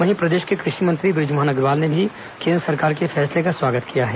वहीं कृषि मंत्री बृजमोहन अग्रवाल ने भी केंद्र सरकार के फैसले का स्वागत किया है